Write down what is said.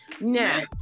Now